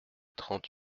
trente